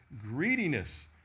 greediness